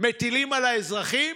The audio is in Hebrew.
מטילים על האזרחים?